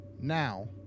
now